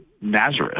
Nazareth